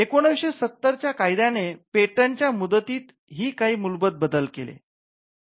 १९७० च्या कायद्याने पेटंटच्या मुदतीत ही काही मूलभूत बदल केले